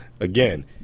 again